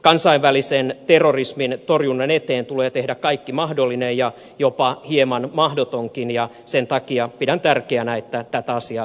kansainvälisen terrorismin torjunnan eteen tulee tehdä kaikki mahdollinen ja jopa hieman mahdotonkin ja sen takia pidän tärkeänä että tätä asiaa viedään nyt eteenpäin